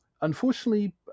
Unfortunately